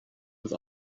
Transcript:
with